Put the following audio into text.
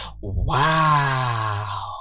Wow